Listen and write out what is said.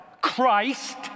Christ